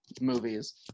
movies